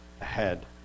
ahead